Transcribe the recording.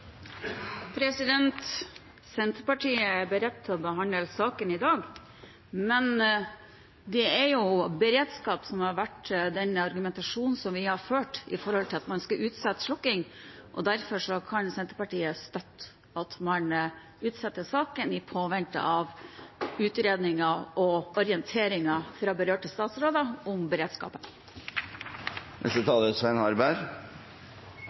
Senterpartiet er beredt til å behandle saken i dag, men det er beredskap som har vært den argumentasjonen som vi har ført med hensyn til at vi skal utsette slokking, og derfor kan Senterpartiet støtte at man utsetter saken i påvente av utredninger og orienteringer fra berørte statsråder om beredskapen. Denne saken tar